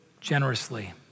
generously